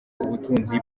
ubutunzi